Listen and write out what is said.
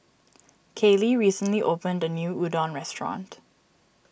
Kaylee recently opened a new Udon restaurant